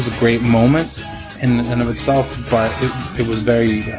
great moment in and of itself, but it was very